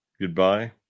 Goodbye